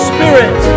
Spirit